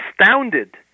astounded